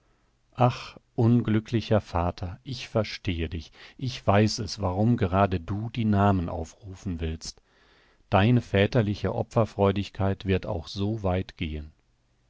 ach unglücklicher vater ich verstehe dich ich weiß es warum gerade du die namen aufrufen willst deine väterliche opferfreudigkeit wird auch so weit gehen